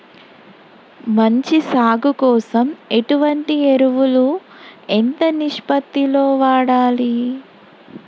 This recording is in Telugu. మంచి సాగు కోసం ఎటువంటి ఎరువులు ఎంత నిష్పత్తి లో వాడాలి?